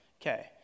Okay